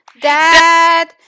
dad